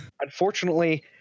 Unfortunately